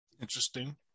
Interesting